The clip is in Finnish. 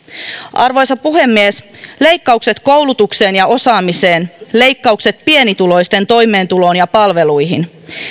arvoisa puhemies leikkaukset koulutukseen ja osaamiseen leikkaukset pienituloisten toimeentuloon ja palveluihin